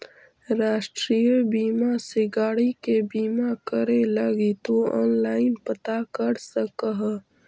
राष्ट्रीय बीमा से गाड़ी के बीमा करे लगी तु ऑनलाइन पता कर सकऽ ह